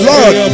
Lord